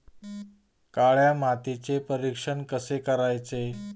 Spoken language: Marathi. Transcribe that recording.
काळ्या मातीचे परीक्षण कसे करायचे?